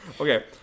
Okay